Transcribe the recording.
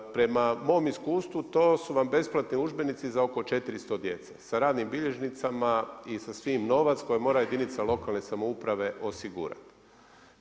Prema mom iskustvu to su vam besplatni udžbenici za oko 400 djece sa radnim bilježnicama i sa svim novac koji mora jedinica lokalne samouprave osigurati.